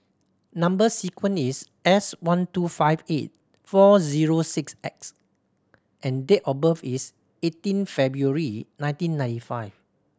number sequence is S one two five eight four zero six X and date of birth is eighteen February nineteen ninety five